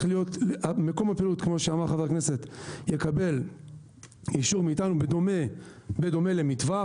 מקום הפעילות יקבל אישור מאיתנו בדומה למטווח.